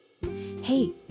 Hey